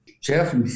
Jeff